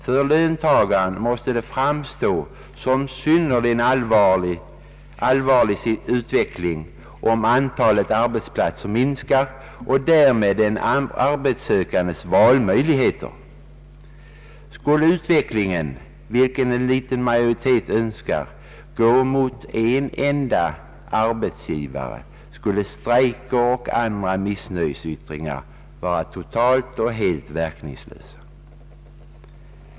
För löntagaren måste det framstå som en synnerligen allvarlig utveckling om <:antalet arbetsplatser minskar och därmed den arbetssökandes valmöjligheter. Om utvecklingen, vilket en liten minoritet önskar, kommer att gå mot en enda arbetsgivare blir strejker och andra missnöjesyttringar helt verkningslösa.